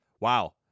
wow